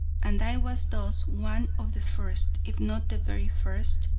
and i was thus one of the first, if not the very first,